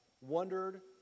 wondered